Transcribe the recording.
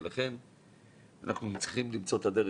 ולכן אנחנו צריכים למצוא את הדרך,